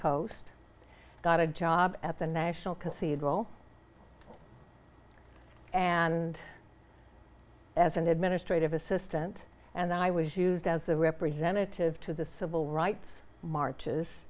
coast got a job at the national cathedral and as an administrative assistant and i was used as the representative to the civil rights marches